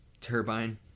Turbine